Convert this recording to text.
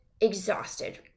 exhausted